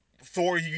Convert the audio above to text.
Thor